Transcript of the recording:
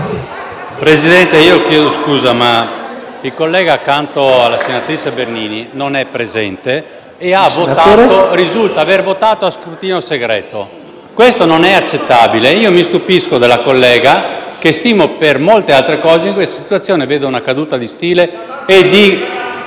Presidente, chiedo scusa, ma il collega accanto alla senatrice Bernini non è presente e risulta aver votato a scrutinio segreto: questo non è accettabile. Mi stupisco della collega, che stimo per molte altre cose, ma in questa situazione rileva una caduta di stile e di